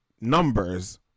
numbers